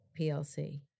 PLC